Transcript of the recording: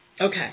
Okay